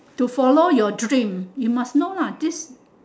to follow your dream you must know lah this